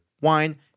wine